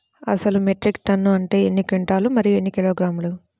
అసలు metric ton అంటే ఎన్ని క్వింటాలు మరియు ఎన్ని కిలోగ్రాములు?